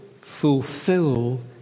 fulfill